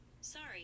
Sorry